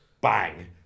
bang